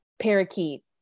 parakeet